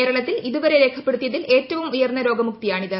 കേരളത്തിൽ ഇതുവരെ രേഖപ്പെടുത്തിയത്തിൽ ഏറ്റവും ഉയർന്ന രോഗമുക്തിയാണിത്